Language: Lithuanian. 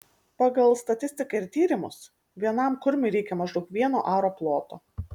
pagal statistiką ir tyrimus vienam kurmiui reikia maždaug vieno aro ploto